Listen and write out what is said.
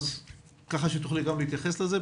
כך שתוכלי גם להתייחס לזה.